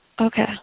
Okay